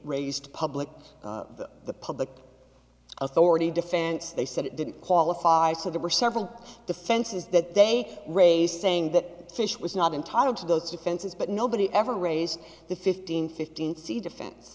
raised public the public authority defense they said it didn't qualify so there were several defenses that they raised saying that fish was not entitled to those defenses but nobody ever raised the fifteen fifteen c defen